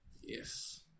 Yes